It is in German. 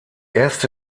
erste